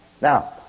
Now